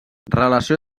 relació